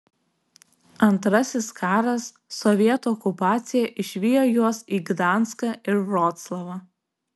antrasis karas sovietų okupacija išvijo juos į gdanską ir vroclavą